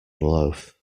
loaf